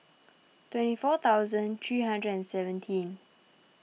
twenty four thousand three hundred and seventeen